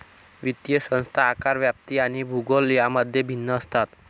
वित्तीय संस्था आकार, व्याप्ती आणि भूगोल यांमध्ये भिन्न असतात